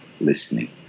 listening